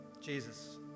Jesus